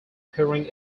pouring